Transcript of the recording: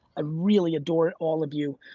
ah really adore all of you,